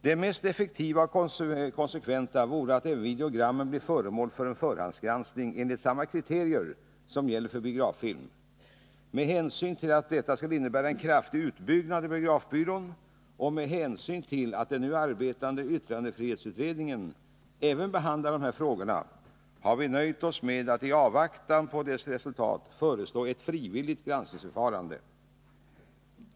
Det mest effektiva och konsekventa vore att även videogrammen blev föremål för förhandsgranskning enligt samma kriterier som gäller för biograffilm. Med hänsyn till att detta skulle innebära en kraftig utbyggnad av biografbyrån och med hänsyn till att den nu arbetande yttrandefrihetsutredningen även behandlar dessa frågor har vi nöjt oss med att i avvaktan på dess resultat föreslå ett frivilligt granskningsförfarande.